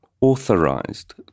authorized